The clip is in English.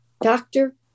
doctor